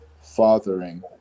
fathering